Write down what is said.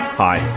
hi,